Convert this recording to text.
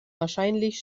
wahrscheinlich